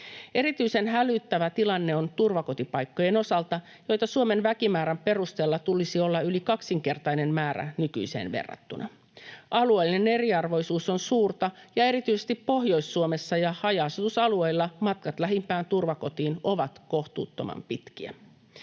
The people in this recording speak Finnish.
Erityisen hälyttävä tilanne on turvakotipaikkojen osalta, joita Suomen väkimäärän perusteella tulisi olla yli kaksinkertainen määrä nykyiseen verrattuna. Alueellinen eriarvoisuus on suurta, ja erityisesti Pohjois-Suomessa ja haja-asutusalueilla matkat lähimpään turvakotiin ovat kohtuuttoman pitkiä.